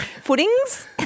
footings